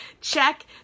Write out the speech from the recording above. check